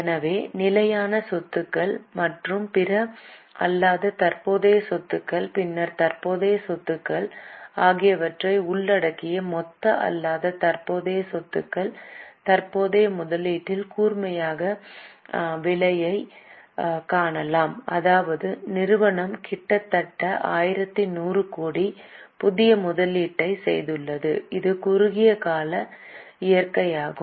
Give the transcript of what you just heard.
எனவே நிலையான சொத்துகள் மற்றும் பிற அல்லாத தற்போதைய சொத்துக்கள் பின்னர் தற்போதைய சொத்துக்கள் ஆகியவற்றை உள்ளடக்கிய மொத்த அல்லாத தற்போதைய சொத்துகள் தற்போதைய முதலீட்டில் கூர்மையான விலையைக் காணலாம் அதாவது நிறுவனம் கிட்டத்தட்ட 1100 கோடி புதிய முதலீட்டை முதலீடு செய்துள்ளது இது குறுகிய கால இயற்கையாகும்